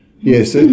Yes